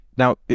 Now